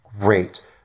great